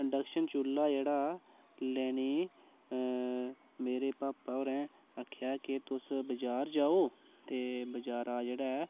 induction चु'ल्ला जेह्ड़ा लैने ई मेरे पापा होरें आखेआ कि तुस बजार जाओ ते बजारा जेह्ड़ा ऐ